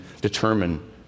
determine